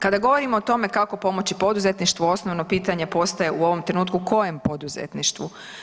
Kada govorimo o tome kako pomoći poduzetništvu, osnovno pitanje postaje u ovom trenutku, kojem poduzetništvu?